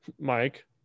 Mike